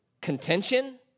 contention